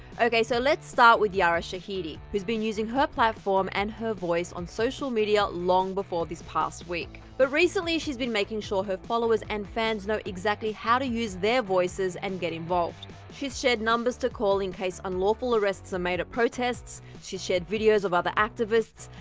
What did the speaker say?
ok so let's start with yara shahidi, who's been using her platform and her voice on social media long before this past week. but recently she's been making sure her followers and fans know exactly how to use their voices and get involved. she's shared numbers to call in case unlawful arrests are made at protests, she's shared videos of other activists,